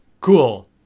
cool